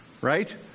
right